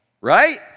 right